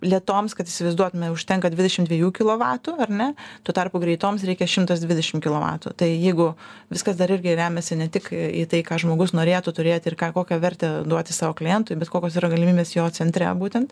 lėtoms kad įsivaizduotume užtenka dvidešim dviejų kilovatų ar ne tuo tarpu greitoms reikia šimtas dvidešim kilovatų tai jeigu viskas dar irgi remiasi ne tik į tai ką žmogus norėtų turėti ir ką kokią vertę duoti savo klientui bet kokios yra galimybės jo centre būtent